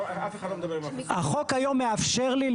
החוק היום מאפשר לי,